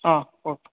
অঁ কওক